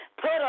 put